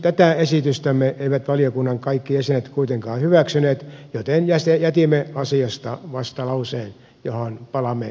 tätä esitystämme eivät valiokunnan kaikki jäsenet kuitenkaan hyväksyneet joten jätimme asiasta vastalauseen johon palaamme myöhemmissä kokouksissa